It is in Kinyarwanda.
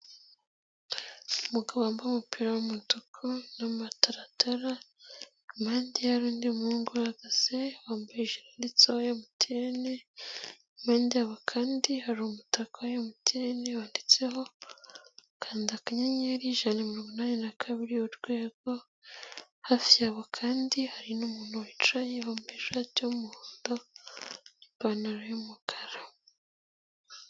Umugabo wambaye umupira w'umutuku n'amataratara, impande ye hari undi muhungu uhagaze, wambaye ijile yanditseho MTN. lmpande yabo kandi hari umutaka wa MTN, wanditseho kanda akanyenyeri ijana na mirongo inani na kabiri urwego, hafi yabo kandi hari n'umuntu wicaye wampa ishati y'umuhondo n'ipantaro y'umukara.